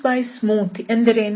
piece wise smooth ಎಂದರೇನು